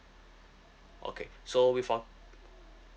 okay so with our